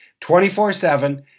24-7